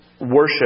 worship